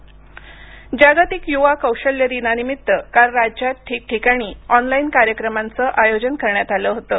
राज्य कौशल्य जागतिक युवा कौशल्य दिनानिमित्त काल राज्यात ठिकठिकाणी ऑनलाईन कार्यक्रमांचं आयोजन करण्यात आलं होतं